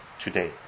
today